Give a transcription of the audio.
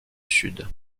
sud